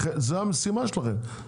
זה המשימה שלכם.